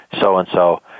so-and-so